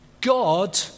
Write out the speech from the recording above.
God